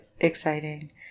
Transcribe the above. exciting